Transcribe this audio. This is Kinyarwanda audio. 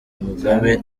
mugabe